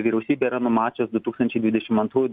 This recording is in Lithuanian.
vyriausybė yra numačius du tūkstančiai dvidešim antrų